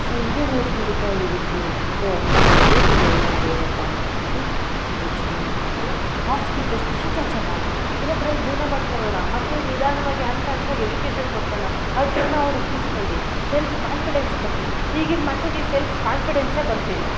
so ಇದೇ life ನಡಿತಾ ಹೋಗುತ್ತೆ ಸೊ ಹಾಗಾಗಿ ನಾ ಹೇಳೋದು ಏನಪ್ಪ ಅಂತಂದರೆ ನಾವು ಜೀವನದಲ್ಲಿ ಹಾಸಿಗೆ ಇದ್ದಷ್ಟು ಕಾಲು ಚಾಚಾನ ಇರೋದ್ರಲ್ಲಿ ಜೀವನ ಮಾಡ್ಕೊ ಹೋಗೋಣ ಮಕ್ಳಿಗೆ ನಿಧಾನವಾಗಿ ಹಂತ ಹಂತವಾಗಿ ಎಜುಕೇಷನ್ ಕೊಡಿಸೋಣ ಅವ್ರ ಜೀವನ ಅವ್ರು ರೂಪಿಸ್ಕಳ್ಳಿ ಸೆಲ್ಫ್ ಕಾನ್ಫಿಡೆನ್ಸ್ ಬರಲಿ ಈಗಿನ ಮಕ್ಕಳಿಗೆ ಸೆಲ್ಫ್ ಕಾನ್ಫಿಡೆನ್ಸೇ ಬರ್ತಿಲ್ಲ